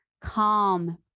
calm